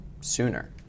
sooner